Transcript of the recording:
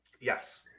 Yes